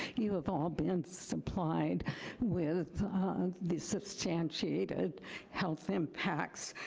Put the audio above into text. you have all been supplied with the substantiate health impacts.